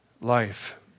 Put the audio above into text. life